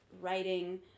writing